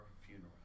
funeral